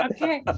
Okay